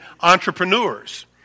entrepreneurs